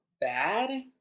bad